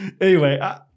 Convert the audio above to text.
Anyway-